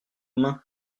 mains